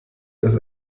das